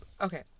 Okay